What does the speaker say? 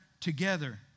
together